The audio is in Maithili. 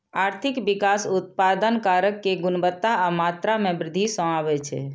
आर्थिक विकास उत्पादन कारक के गुणवत्ता आ मात्रा मे वृद्धि सं आबै छै